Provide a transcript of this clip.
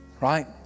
right